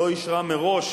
לא אישרה מראש